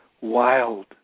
wild